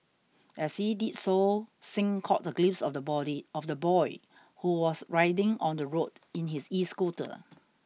as he did so Singh caught a glimpse of the body of the boy who was riding on the road in his escooter